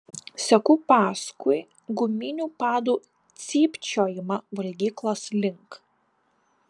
seku paskui guminių padų cypčiojimą valgyklos link